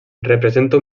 representa